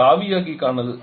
இது ஆவியாக்கிக்கானது